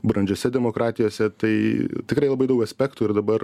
brandžiose demokratijose tai tikrai labai daug aspektų ir dabar